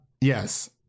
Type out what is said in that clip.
yes